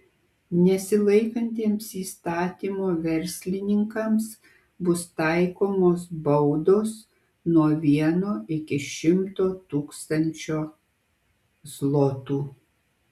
nesilaikantiems įstatymo verslininkams bus taikomos baudos nuo vieno iki šimto tūkstančio zlotų